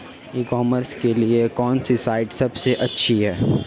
E commerce के लिए कौनसी साइट सबसे अच्छी है?